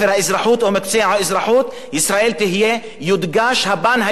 האזרחות יודגש הפן היהודי והציוני.